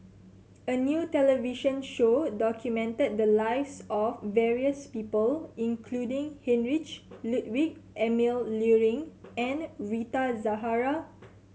a new television show documented the lives of various people including Heinrich Ludwig Emil Luering and Rita Zahara